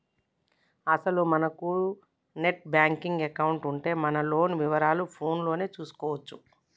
అసలు మనకు net banking account ఉంటే మన లోన్ వివరాలు ఫోన్ లోనే చూసుకోవచ్చు